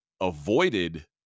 avoided